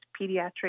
pediatric